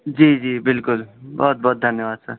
جی جی بالکل بہت بہت دھنیہ واد سر